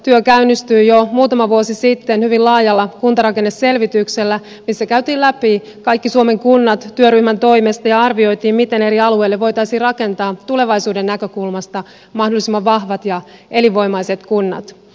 työ käynnistyi jo muutama vuosi sitten hyvin laajalla kuntarakenneselvityksellä missä käytiin läpi kaikki suomen kunnat työryhmän toimesta ja arvioitiin miten eri alueille voitaisiin rakentaa tulevaisuuden näkökulmasta mahdollisimman vahvat ja elinvoimaiset kunnat